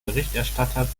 berichterstatter